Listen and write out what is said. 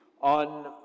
on